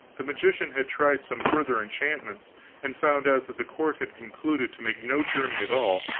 the magician had tried some further enchantments and found out that the court had concluded to make no journey at all,